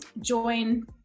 join